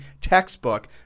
textbook